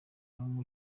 numwe